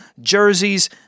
jerseys